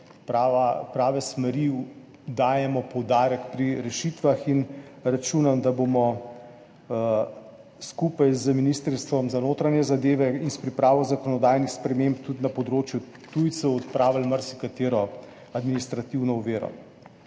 prave smeri dajemo poudarek pri rešitvah. Računam, da bomo skupaj z Ministrstvom za notranje zadeve in s pripravo zakonodajnih sprememb tudi na področju tujcev odpravili marsikatero administrativno oviro.